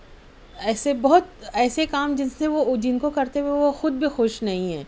ایسے بہت ایسے کام جِن سے وہ جِن کو کرتے ہوٮٔے وہ خود بھی خوش نہیں ہیں